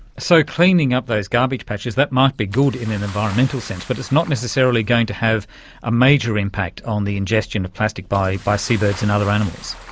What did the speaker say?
so cleaning up those garbage patches, that might be good in an environmental sense, but it's not necessarily going to have a major impact on the ingestion of plastic by by seabirds and other animals.